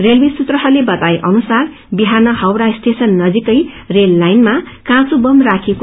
railway सूत्रहस्ले बताए अनुसार बिहान हावड़ स्टेशन नजीकै रेल लाइनामा काँचो बम राखिकऐ